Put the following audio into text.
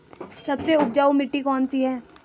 सबसे उपजाऊ मिट्टी कौन सी है?